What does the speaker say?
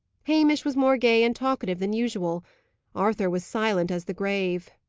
hamish was more gay and talkative than usual arthur was silent as the grave.